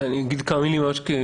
אני אומר כמה מלים כלליות.